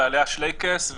ועליה שלייקס,